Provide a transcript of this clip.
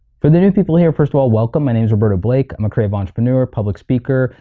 for the new people here, first of all, welcome, my name is roberto blake, i'm a creative entrepreneur, public speaker,